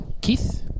Keith